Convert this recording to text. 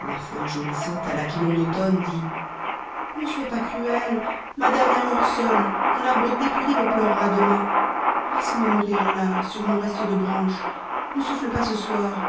la feuille jaunissante à l'aquilon d'automne dit ne sois pas cruel ma dernière heure sonne mon arbre dépouillé me pleurera demain laisse-moi mourir là sur mon reste de branche ne souffle pas ce soir